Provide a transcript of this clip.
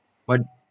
but